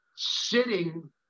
sitting